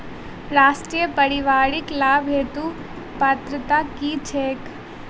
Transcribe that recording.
राष्ट्रीय परिवारिक लाभ हेतु पात्रता की छैक